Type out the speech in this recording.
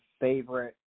favorite